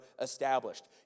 established